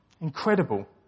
Incredible